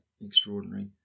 extraordinary